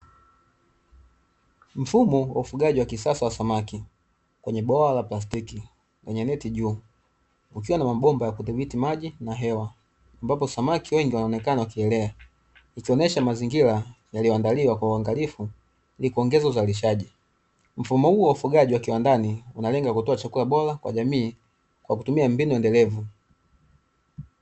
Mfumo wa ufugaji wa kisasa wa samaki kwenye bwawa la plastiki, kwenye neti juu ukiwa na mabomba ya kudhibiti maji na hewa ambapo samaki wengi wanaonekana wakilea mazingira yaliyoandaliwa kwa uangalifu ili kuongeza uzalishaji, mfumo huo wa ufugaji wa kiwandani unalenga kutoa chakula kwa jamii kwa kutumia mbinu endelevu.